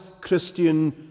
Christian